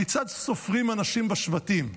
כיצד סופרים אנשים בשבטים?